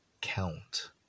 count